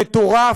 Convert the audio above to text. מטורף,